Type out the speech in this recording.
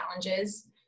challenges